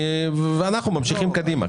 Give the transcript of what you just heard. יש מטרה אחרת ואנחנו ממשיכים קדימה.